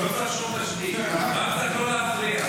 לא להפריע,